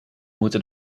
moeten